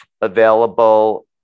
available